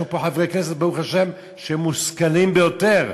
יש פה חברי כנסת, ברוך השם, שהם מושכלים ביותר,